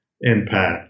impact